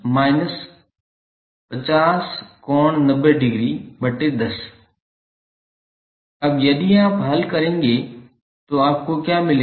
𝐼1𝑉1−100∠0°25 𝐼2𝑉120 I3𝑉1−50∠90°10 अब यदि आप हल करेंगे तो आपको क्या मिलेगा